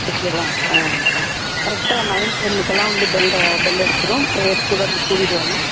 ஓகேவா ஆ கரெக்ட்டாக நைன் டென்னுக்கெல்லாம் வந்து பெல்ட பெல்லு அடிச்சுடும் பிரேயருக்கு ஸ்டுடண்ட் கூடிவிடு வாங்க